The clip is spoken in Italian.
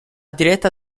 diretta